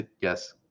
Yes